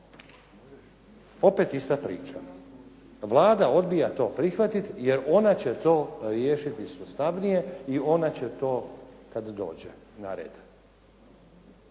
opet ista priča. Vlada odbija to prihvatiti jer ona će to riješiti sustavnije i ona će to kad dođe na red.